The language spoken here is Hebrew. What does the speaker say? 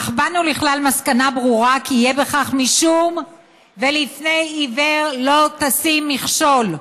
אך באנו לכלל מסקנה ברורה כי יהא בכך משום 'ולפני עיוור לא תיתן מכשול',